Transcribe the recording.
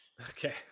Okay